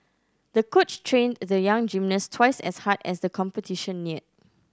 the coach trained the young gymnast twice as hard as the competition neared